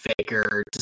Faker